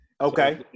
Okay